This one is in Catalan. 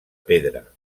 pedra